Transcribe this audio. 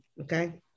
Okay